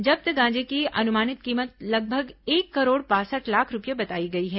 जब्त गांजे की अन्मानित कीमत लगभग एक करोड़ बासठ लाख रूपये बताई गई है